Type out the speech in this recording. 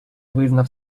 визнав